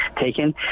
taken